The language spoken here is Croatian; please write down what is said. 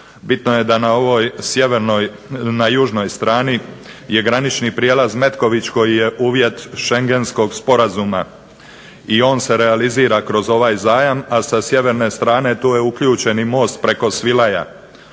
Bitno je da na ovoj južnoj strani je granični prijelaz Metković koji je uvjet Shengenskog sporazuma i on se realizira kroz ovaj zajam, a sa sjeverne strane tu je uključen i most preko Svilaja